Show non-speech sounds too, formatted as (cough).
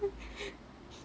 (breath)